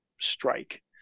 strike